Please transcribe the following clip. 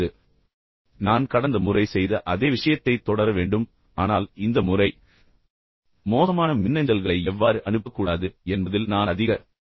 இப்போது இதில் நான் கடந்த முறை செய்த அதே விஷயத்தைத் தொடர வேண்டும் ஆனால் இந்த முறை மின்னஞ்சல்களை எவ்வாறு அனுப்பக்கூடாது என்பதில் நான் அதிக கவனம் செலுத்துவேன்